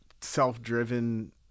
self-driven